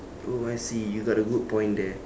oh I see you got a good point there